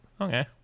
Okay